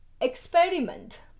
experiment